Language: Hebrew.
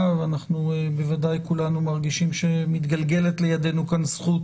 ואנחנו בוודאי כולנו מרגישים שמתגלגלת לידינו כאן זכות